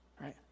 right